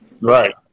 Right